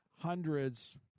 Hundreds